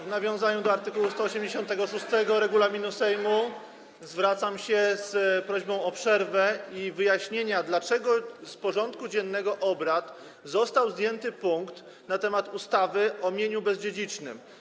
W nawiązaniu do art. 186 regulaminu Sejmu zwracam się z prośbą o przerwę i wyjaśnienie, dlaczego z porządku dziennego obrad został zdjęty punkt dotyczący ustawy o mieniu bezdziedzicznym.